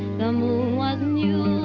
the moon was new,